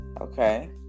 okay